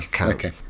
okay